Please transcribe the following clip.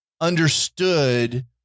understood